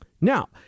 Now